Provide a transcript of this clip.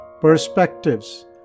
perspectives